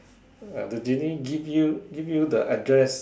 uh the genie give you give you the address